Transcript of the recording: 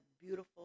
beautiful